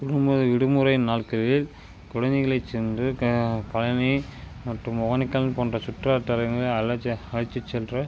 குடும்பத்துடன் விடுமுறை நாட்களில் குழந்தைங்களை சென்று பழனி மற்றும் ஓகேனக்கல் போன்ற சுற்றுலாத்தலங்களில் அழைச்சி அழைச்சுச் சென்று